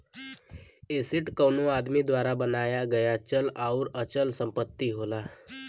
asset कउनो आदमी द्वारा बनाया गया चल आउर अचल संपत्ति होला